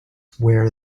where